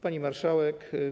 Pani Marszałek!